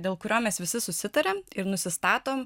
dėl kurio mes visi susitariam ir nusistatom